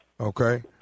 okay